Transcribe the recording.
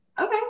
Okay